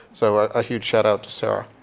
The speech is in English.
so a huge shout out to sarah.